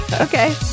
Okay